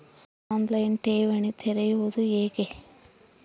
On line ಠೇವಣಿ ತೆರೆಯುವುದು ಹೇಗೆ?